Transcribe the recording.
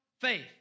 faith